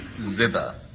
Zither